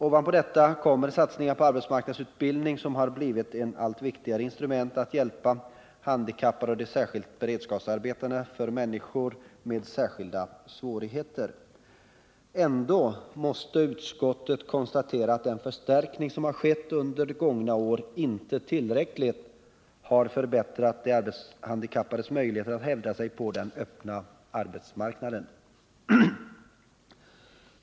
Ovanpå detta kommer satsningar på arbetsmarknadsutbildning, som har blivit ett allt viktigare instrument för att hjälpa handikappade och för att skapa de särskilda beredskapsarbetena för människor med särskilda svårigheter. Ändå måste utskottet konstatera att den förstärkning som har skett under gångna år inte tillräckligt har förbättrat de arbetshandikappades möjligheter att hävda sig på den öppna arbetsmarknaden.